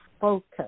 focus